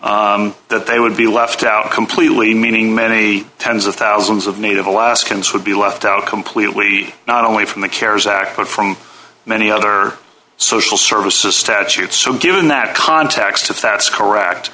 see that they would be left out completely meaning many tens of thousands of native alaskans would be left out completely not only from the cares act but from many other social services statutes so given that contact if that's correct